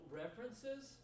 references